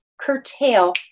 curtail